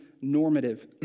normative